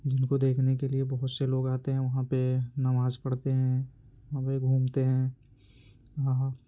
جن کو دیکھنے کے لیے بہت سے لوگ آتے ہیں وہاں پہ نماز پڑھتے ہیں وہاں پہ گھومتے ہیں وہاں